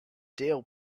dill